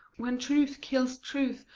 when truth kills truth,